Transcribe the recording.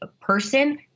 person